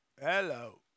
Hello